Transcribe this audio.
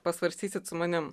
pasvarstysit su manim